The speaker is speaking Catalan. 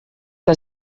que